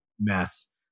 mess